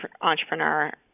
entrepreneur